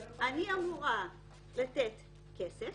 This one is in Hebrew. אני אמורה לתת כסף.